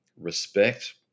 respect